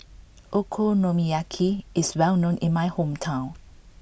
Okonomiyaki is well known in my hometown